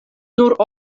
nur